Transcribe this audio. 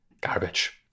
garbage